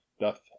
doth